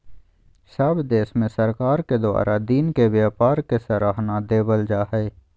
सब देश में सरकार के द्वारा दिन के व्यापार के सराहना देवल जा हइ